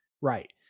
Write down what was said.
Right